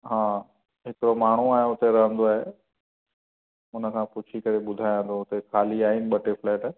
हा हिकु माण्हूं आहे हुते रहंदो आहे हुनखां पुछी करे ॿुधाया थो उते ख़ाली आहिनि ॿ टे फ्लैट